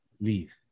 leave